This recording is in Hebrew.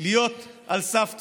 להיות על סף טביעה.